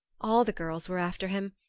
all the girls were after him,